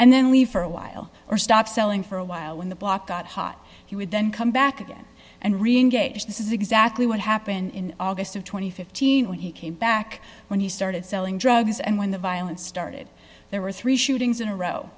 and then leave for a while or stop selling for a while when the block got hot he would then come back again and reengage this is exactly what happened in august of two thousand and fifteen when he came back when he started selling drugs and when the violence started there were three shootings in a row